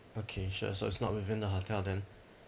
okay sure so it's not within the hotel then